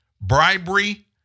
Bribery